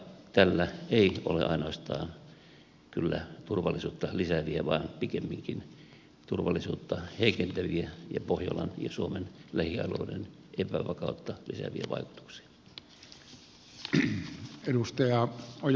tällä ei ole kyllä ainoastaan turvallisuutta lisääviä vaan pikemminkin turvallisuutta heikentäviä ja pohjolan ja suomen lähialueiden epävakautta lisääviä vaikutuksia